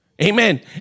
Amen